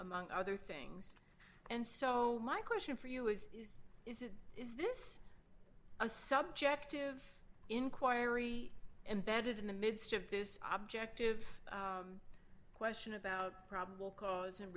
among other things and so my question for you is is is is is this a subjective inquiry embedded in the midst of this object of question about probable cause and